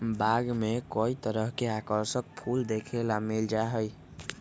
बाग में कई तरह के आकर्षक फूल देखे ला मिल जा हई